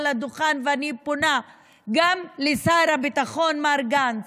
הדוכן ואני פונה גם לשר הביטחון מר גנץ: